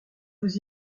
vous